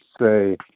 say